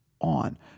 on